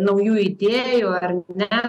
naujų idėjų ar ne